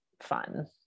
fun